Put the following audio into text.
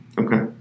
Okay